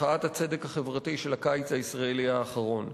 מחאת הצדק החברתי של הקיץ הישראלי האחרון.